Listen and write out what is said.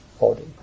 body